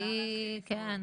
כן,